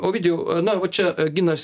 ovidijau na va čia ginas